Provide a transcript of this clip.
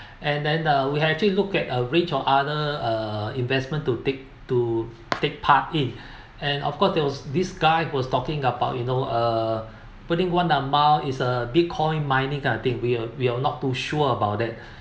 and then uh we actually look at a range of other uh investment to take to take part in and of course there was this guy who was talking about you know uh putting one amount is a bitcoin mining kind of thing we are we are not too sure about that